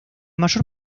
mayor